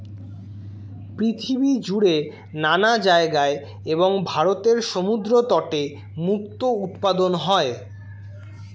পৃথিবী জুড়ে নানা জায়গায় এবং ভারতের সমুদ্র তটে মুক্তো উৎপাদন হয়